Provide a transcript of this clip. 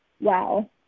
wow